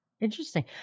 Interesting